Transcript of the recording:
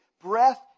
breath